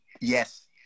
Yes